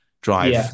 drive